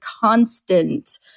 constant